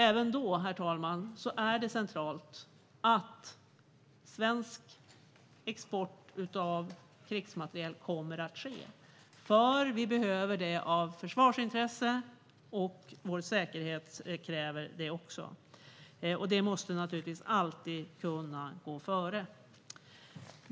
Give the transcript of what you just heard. Även då, herr talman, är det centralt att svensk export av krigsmateriel kommer att ske. Vi behöver nämligen det - det handlar om försvarsintresse. Vår säkerhet kräver det också. Det måste naturligtvis alltid kunna gå före.